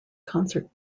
concert